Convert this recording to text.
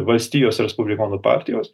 valstijos respublikonų partijos